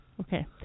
Okay